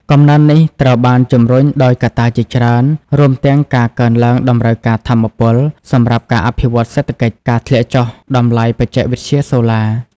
កំណើននេះត្រូវបានជំរុញដោយកត្តាជាច្រើន រួមទាំងការកើនឡើងតម្រូវការថាមពល សម្រាប់ការអភិវឌ្ឍសេដ្ឋកិច្ច ការធ្លាក់ចុះតម្លៃបច្ចេកវិទ្យាសូឡា។